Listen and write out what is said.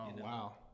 wow